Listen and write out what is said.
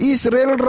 Israel